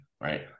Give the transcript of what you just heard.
right